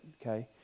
okay